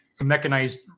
mechanized